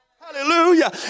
Hallelujah